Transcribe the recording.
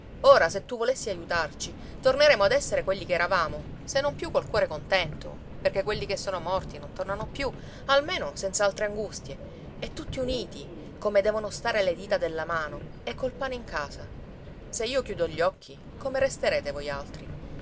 ora se tu volessi aiutarci torneremo ad essere quelli che eravamo se non più col cuore contento perché quelli che sono morti non tornano più almeno senza altre angustie e tutti uniti come devono stare le dita della mano e col pane in casa se io chiudo gli occhi come resterete voi altri